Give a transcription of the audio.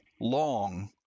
long